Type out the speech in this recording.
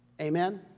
Amen